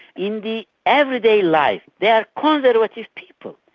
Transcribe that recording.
in the everyday life, they are conservative like yeah people,